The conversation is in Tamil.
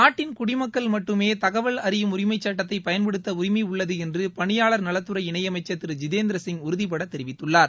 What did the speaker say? நாட்டின் குடிமக்கள் மட்டுமே தகவல் அறியும் உரிமைச்சட்டத்தை பயன்படுத்த உரிமையுள்ளது என்று பணியாளர் நலத்துறை இணையமைச்சர் திரு ஜித்தேந்திரசிங் உறுதிபட தெரிவித்துள்ளார்